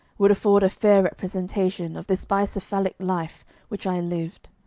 would afford a fair representation of this bicephalic life which i lived.